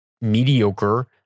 mediocre